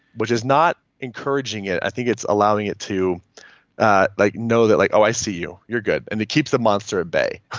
which is not encouraging it. i think it's allowing it to like know that like, oh, i see you, you're good, and it keeps the monster at bay